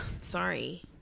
Sorry